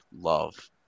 love